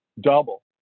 double